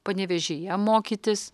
panevėžyje mokytis